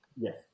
Yes